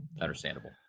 understandable